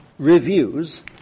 Reviews